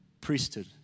priesthood